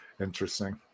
interesting